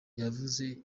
yavuze